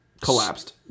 collapsed